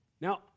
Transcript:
Now